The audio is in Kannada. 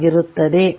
ಆಗಿರುತ್ತದೆ